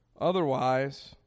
Otherwise